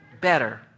better